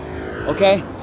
Okay